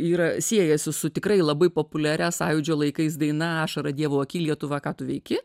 yra siejasi su tikrai labai populiaria sąjūdžio laikais daina ašara dievo akyje lietuva ką tu veiki